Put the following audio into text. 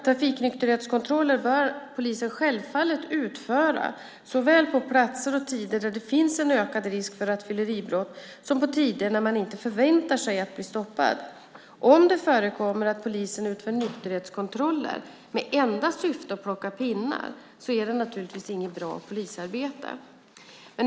Trafiknykterhetskontroller bör polisen självfallet utföra såväl på platser och tider där det finns en ökad risk för rattfylleribrott som på tider då man inte förväntar sig att bli stoppad. Om det förekommer att polisen utför nykterhetskontroller med enda syfte att plocka pinnar är det naturligtvis inget bra polisarbete.